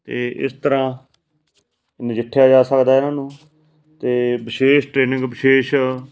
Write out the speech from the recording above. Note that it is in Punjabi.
ਅਤੇ ਇਸ ਤਰ੍ਹਾਂ ਨਜਿੱਠਿਆ ਜਾ ਸਕਦਾ ਇਹਨਾਂ ਨੂੰ ਅਤੇ ਵਿਸ਼ੇਸ਼ ਟ੍ਰੇਨਿੰਗ ਵਿਸ਼ੇਸ਼